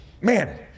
man